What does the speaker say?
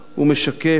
הוא משקף